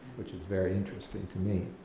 which is very interesting to me.